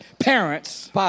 Parents